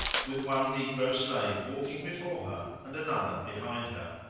with one negro slave walking before her and another behind her.